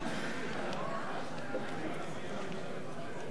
השר זאב בנימין בגין, בבקשה.